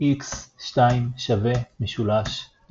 ⊕ x 2 = Δ x \displaystyle x_{1\oplus x_ 2=\Delta _ x}